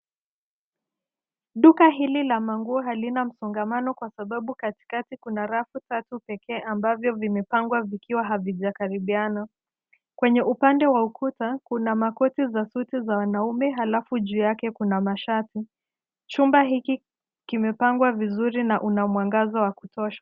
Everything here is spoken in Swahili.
Duka hili la manguo halina msongamano kwasababu katikati kuna rafu tatu pekee ambavyo vimepangwa vikiwa havijakarabiana. Kwenye upande wa ukuta kuna makoti za suti za wanaume alafu juu yake kuna mashati. Chumba hiki kimepangwa vizuri na una mwangaza wa kutosha.